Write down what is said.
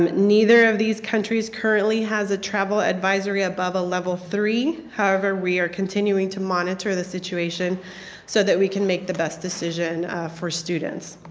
um neither of these countries currently have a travel advisory above a level three however we are continuing to monitor the situation so that we can make the best decision for students.